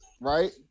right